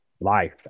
life